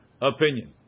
opinion